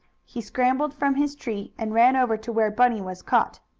he scrambled from his tree, and ran over to where bunny was caught.